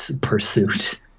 Pursuit